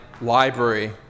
library